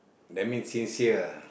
that mean sincere